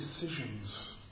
decisions